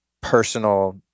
personal